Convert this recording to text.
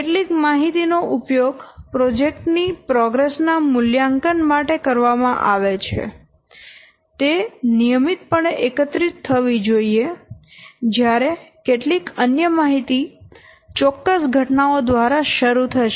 કેટલીક માહિતી નો ઉપયોગ પ્રોજેક્ટ ની પ્રોગ્રેસ ના મૂલ્યાંકન માટે કરવામાં આવે છે તે નિયમિતપણે એકત્રિત થવી જોઈએ જ્યારે કેટલીક અન્ય માહિતી ચોક્કસ ઘટનાઓ દ્વારા શરૂ થશે